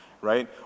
right